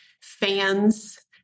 fans